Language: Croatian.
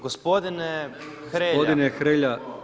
Gospodine Hrelja,